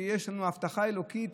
שיש לנו הבטחה אלוקית